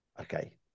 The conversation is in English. Okay